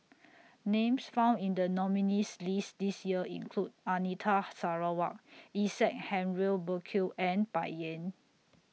Names found in The nominees' list This Year include Anita Sarawak Isaac Henry Burkill and Bai Yan